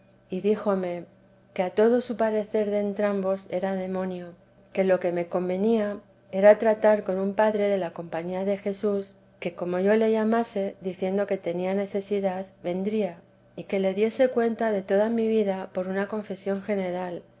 y díjome que a todo su parecer de entrambos era demonio que lo que me convenía era tratar con un padre de la compañía de jesús que como yo le llamase diciendo que tenía necesidad vernía y que le diese cuenta de toda mi vida por una confesión general